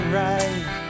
right